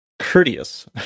courteous